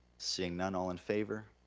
seeing none, all in favor?